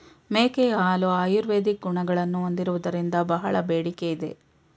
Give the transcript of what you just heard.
ಮೇಕೆಯ ಹಾಲು ಆಯುರ್ವೇದಿಕ್ ಗುಣಗಳನ್ನು ಹೊಂದಿರುವುದರಿಂದ ಬಹಳ ಬೇಡಿಕೆ ಇದೆ